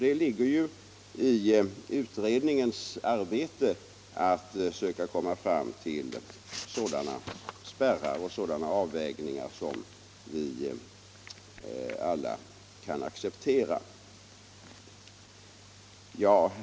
Det ligger ju i utredningens arbete att söka komma fram till sådana spärrar och avvägningar som vi alla kan acceptera.